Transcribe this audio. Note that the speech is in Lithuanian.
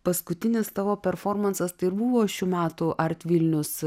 paskutinis tavo performansas tai ir buvo šių metų art vilnius